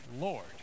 Lord